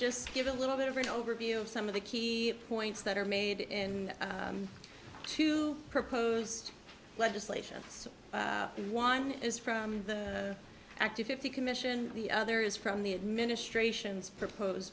just give a little bit of an overview of some of the key points that are made in two proposed legislation one is from the active fifty commission the other is from the administration's propose